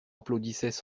applaudissaient